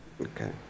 Okay